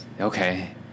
Okay